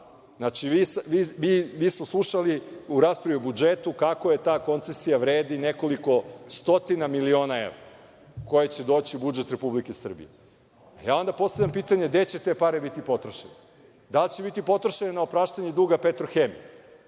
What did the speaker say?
Vlade. Znači mi smo slušali u raspravi o budžetu kako ta koncesira vredi nekolik stotina miliona evra, koji će doći u budžet Republike Srbije. Ja onda postavljam pitanje gde će te pare biti potrošene? Da li će biti potrošeno na opraštanje duga „Petrohemiji“,